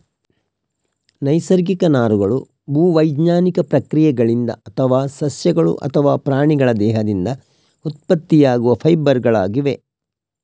ನೈಸರ್ಗಿಕ ನಾರುಗಳು ಭೂ ವೈಜ್ಞಾನಿಕ ಪ್ರಕ್ರಿಯೆಗಳಿಂದ ಅಥವಾ ಸಸ್ಯಗಳು ಅಥವಾ ಪ್ರಾಣಿಗಳ ದೇಹದಿಂದ ಉತ್ಪತ್ತಿಯಾಗುವ ಫೈಬರ್ ಗಳಾಗಿವೆ